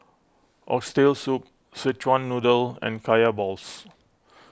Oxtail Soup Szechuan Noodle and Kaya Balls